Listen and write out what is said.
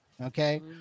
okay